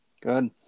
Good